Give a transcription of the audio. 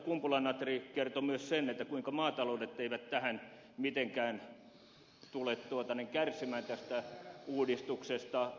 kumpula natri kertoi myös sen kuinka maataloudet eivät tule mitenkään kärsimään tästä uudistuksesta